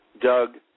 Doug